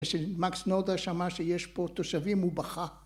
כשמקס נורדאו שמע שיש פה תושבים הוא בכה